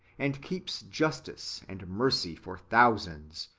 and keeps justice and mercy for thousands,